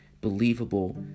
believable